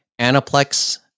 anaplex